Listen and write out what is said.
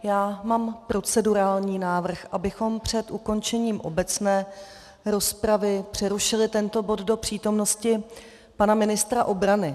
Já mám procedurální návrh, abychom před ukončením obecné rozpravy přerušili tento bod do přítomnosti pana ministra obrany.